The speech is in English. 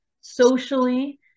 socially